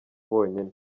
bonyine